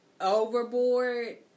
overboard